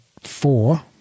four